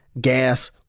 gas